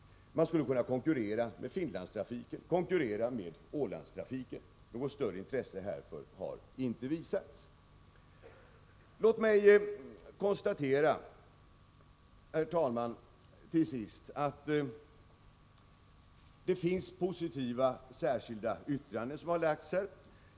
Man skulle kunna konkurrera med Finlandstrafiken och Ålandstrafiken. Något större intresse härför har inte visats. Herr talman! Låt mig till sist konstatera att här föreligger positiva särskilda yttranden.